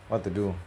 what to do